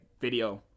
video